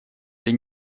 или